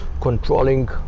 controlling